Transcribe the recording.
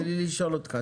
תן לי לשאול אותך.